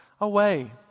away